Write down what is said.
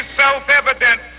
self-evident